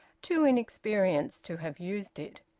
too inexperienced, to have used it.